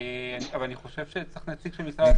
אבל אני חושב שצריך נציג של משרד התחבורה.